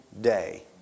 day